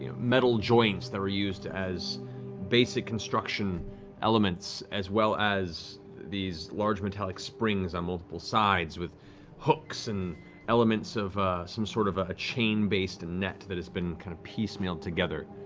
you know metal joints that were used as basic construction elements, as well as these large metallic springs on multiple sides with hooks and elements of sort of a chain-based and net that has been kind of piecemealed together.